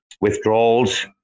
withdrawals